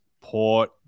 Port